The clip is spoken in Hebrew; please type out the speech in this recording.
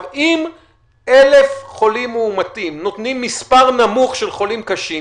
אם 1,000 חולים מאומתים נותנים מספר נמוך של חולים קשים,